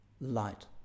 light